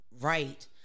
right